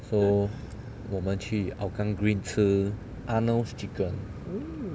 so 我们去 hougang green 吃 Arnold's chicken